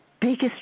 biggest